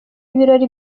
ibirori